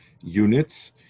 units